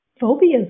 Phobias